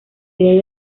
líder